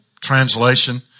translation